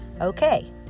Okay